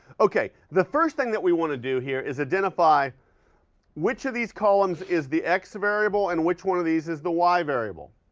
okay, the first thing that we want to do here is identify which of these columns is the x variable and which one of these is the y variable.